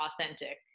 authentic